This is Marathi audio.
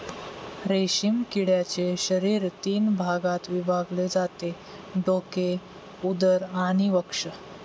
रेशीम किड्याचे शरीर तीन भागात विभागले जाते डोके, उदर आणि वक्ष